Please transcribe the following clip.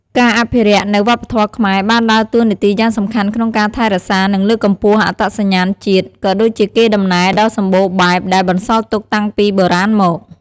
ការអភិរក្សនៅវប្បធម៌ខ្មែរ បានដើរតួនាទីយ៉ាងសំខាន់ក្នុងការថែរក្សា និងលើកកម្ពស់អត្តសញ្ញាណជាតិ ក៏ដូចជាកេរដំណែលដ៏សម្បូរបែបដែលបន្សល់ទុកតាំងពីបុរាណមក។